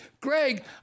Greg